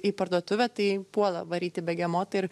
į parduotuvę tai puola varyti begemotą ir